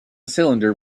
cylinder